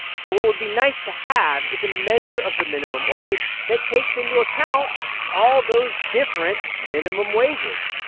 so what would be nice to have is a measure of the minimum wage that takes into account all those different minimum wages.